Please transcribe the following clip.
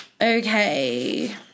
okay